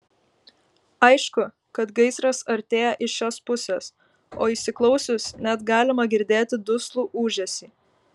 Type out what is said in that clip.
aišku kad gaisras artėja iš šios pusės o įsiklausius net galima girdėti duslų ūžesį